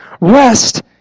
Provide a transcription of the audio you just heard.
rest